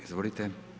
Izvolite.